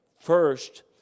first